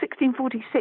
1646